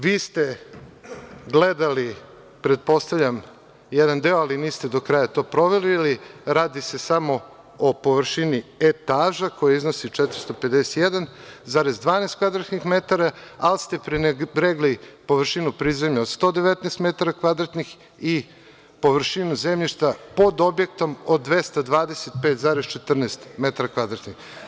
Vi ste gledali pretpostavljam jedan deo, ali niste do kraja to proverili, radi se samo o površini etaža koja iznosi 451,12 kvadratnih metara, ali ste prenebregli površinu prizemlja 119 metara kvadratnih i površinu zemljišta pod objektom od 225,14 metara kvadratnih.